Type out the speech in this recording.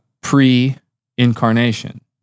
Pre-incarnation